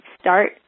start